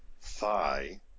thigh